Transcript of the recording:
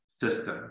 system